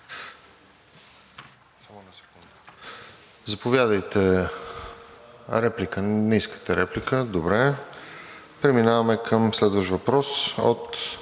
Заповядайте. Не искате реплика. Добре. Преминаваме към следващ въпрос от